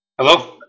Hello